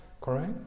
correct